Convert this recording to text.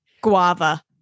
guava